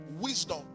wisdom